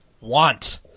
Want